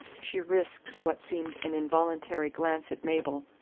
she risked what seemed an involuntary glance at mabel.